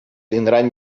tindran